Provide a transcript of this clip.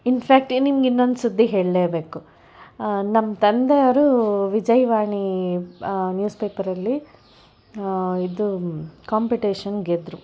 in fact ನಿನಗೆ ಇನ್ನೊಂದು ಸುದ್ದಿ ಹೇಳಲೇಬೇಕು ನಮ್ಮ ತಂದೆಯವರು ವಿಜಯವಾಣಿ ನ್ಯೂಸ್ ಪೇಪರಲ್ಲಿ ಇದು ಕಾಂಪಿಟೇಷನ್ ಗೆದ್ದರು